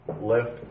left